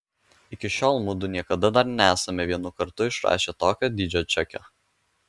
iki šiol mudu niekada dar nesame vienu kartu išrašę tokio dydžio čekio